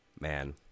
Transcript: man